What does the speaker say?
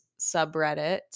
subreddit